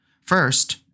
First